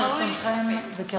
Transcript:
כרצונכן וכרצונכם.